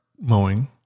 mowing